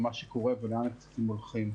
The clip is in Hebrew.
מה שקורה ולאן הכספים הולכים.